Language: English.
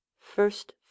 First